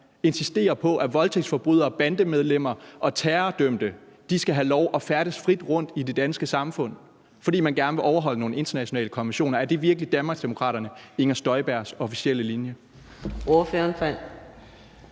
insistere på, at voldtægtsforbrydere, bandemedlemmer og terrordømte skal have lov at færdes frit rundt i det danske samfund, fordi man gerne vil overholde nogle internationale konventioner. Er det virkelig Danmarksdemokraterne – Inger Støjbergs officielle linje?